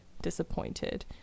disappointed